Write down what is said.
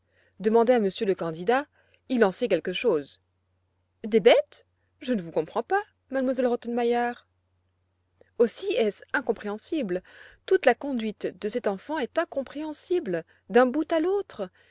demandez à monsieur le candidat il en sait quelque chose des bêtes je ne vous comprends pas m elle rottenmeier aussi est-ce incompréhensible toute la conduite de cette enfant est incompréhensible d'un bout à l'autre